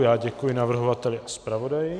Já děkuji navrhovateli i zpravodaji.